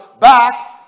back